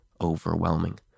overwhelming